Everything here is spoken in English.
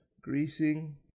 greasing